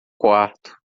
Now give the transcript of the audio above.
quarto